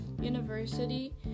University